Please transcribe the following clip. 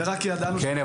כן,